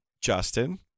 Justin